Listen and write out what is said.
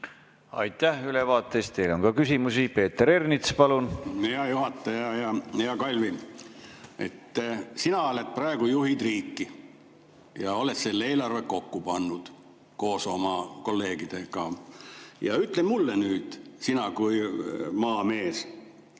Aitäh ülevaate eest! Teile on ka küsimusi. Peeter Ernits, palun! Hea juhataja ja hea Kalvi! Sina praegu juhid riiki ja oled selle eelarve kokku pannud koos oma kolleegidega. Ütle mulle nüüd, sina kui maamees,